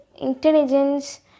intelligence